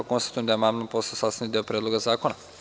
Konstatujem da je amandman postao sastavni deo Predloga zakona.